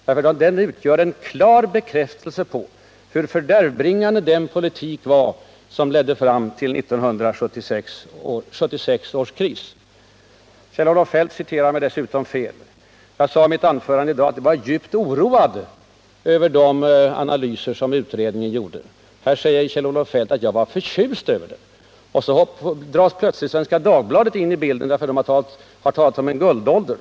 De utgör nämligen en klar bekräftelse på hur fördärvbringande den politik var som ledde fram till 1976 års kris. Kjell-Olof Feldt citerade mig dessutom fel. Jag sade i mitt anförande i dag att jag var djupt oroad över de analyser som utredningen gjorde. Här påstår Kjell-Olof Feldt att jag skulle vara ”förtjust” över utredningen. Och så dras plötsligen Svenska Dagbladet in i bilden därför att tidningen har talat om en guldålder.